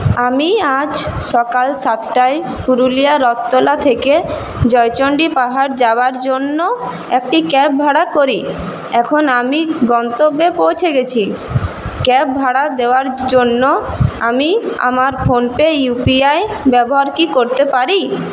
আমি আজ সকাল সাতটায় পুরুলিয়া রথতলা থেকে জয়চন্ডী পাহাড় যাওয়ার জন্য একটি ক্যাব ভাড়া করি এখন আমি গন্তব্যে পৌঁছে গেছি ক্যাব ভাড়া দেওয়ার জন্য আমি আমার ফোনপে ইউপিআই ব্যবহার কি করতে পারি